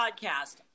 podcast